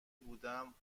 بودم